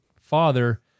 father